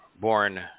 born